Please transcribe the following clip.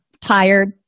tired